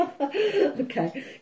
okay